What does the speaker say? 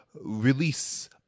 release